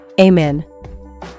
Amen